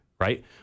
right